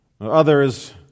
others